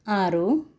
ಆರು